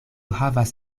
havas